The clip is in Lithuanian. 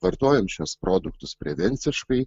vartojant šiuos produktus prevenciškai